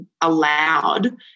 allowed